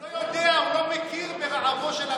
הוא לא יודע, הוא לא מכיר ברעבו של הרעב.